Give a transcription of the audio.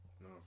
No